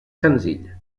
senzill